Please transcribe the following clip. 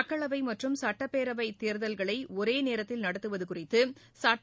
மக்களவை மற்றும் சுட்டப்பேரவைத் தேர்தல்களை ஒரே நேரத்தில் நடத்துவது குறித்து சுட்ட